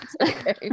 okay